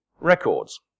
records